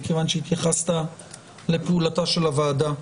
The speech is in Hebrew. מכיוון שהתייחסת לפעולתה של הוועדה,